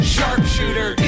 Sharpshooter